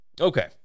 okay